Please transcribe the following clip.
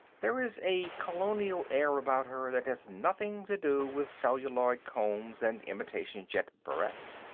there is a colonial air about her that has nothing to do with celluloid combs and imitation jet barrettes.